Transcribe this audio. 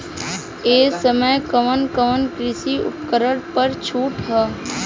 ए समय कवन कवन कृषि उपकरण पर छूट ह?